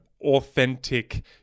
authentic